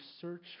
search